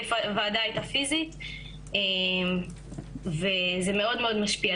לאיפה הוועדה הייתה פיזית וזה מאוד מאוד משפיע,